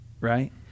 right